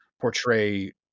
portray